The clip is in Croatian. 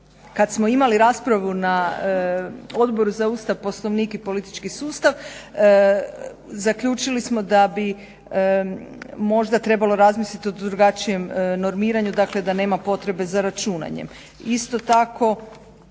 kad smo imali raspravu na Odboru za Ustav, Poslovnik i politički sustav zaključili smo da bi možda trebalo razmisliti o drugačijem normiranju. Dakle, da nema potrebe za računanjem. Isto tako